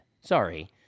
Sorry